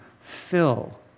Fill